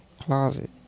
closet